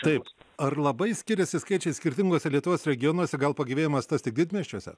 taip ar labai skiriasi skaičiai skirtinguose lietuvos regionuose gal pagyvėjimas tas tik didmiesčiuose